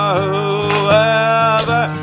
whoever